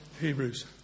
Hebrews